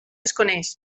desconeix